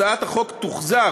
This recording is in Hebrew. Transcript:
הצעת החוק תוחזר,